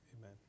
Amen